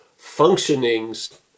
functionings